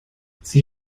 sie